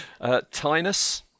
Tynus